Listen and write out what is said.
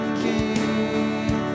king